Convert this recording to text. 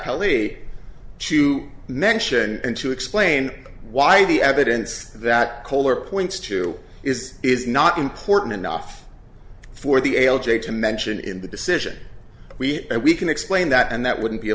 pelley to mention and to explain why the evidence that koehler points to is is not important enough for the l j to mention in the decision we and we can explain that and that wouldn't be a